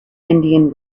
indian